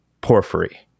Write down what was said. Porphyry